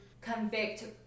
convict